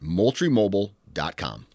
MoultrieMobile.com